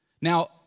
Now